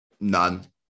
None